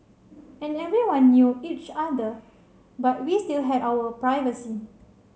and everyone knew each other but we still had our privacy